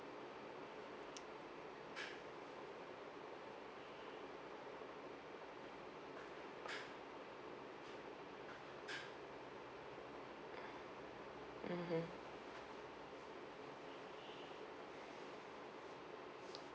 mmhmm